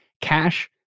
cash